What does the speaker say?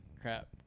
crap